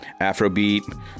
afrobeat